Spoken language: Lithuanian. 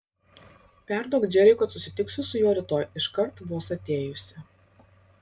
perduok džeriui kad susitiksiu su juo rytoj iškart vos atėjusi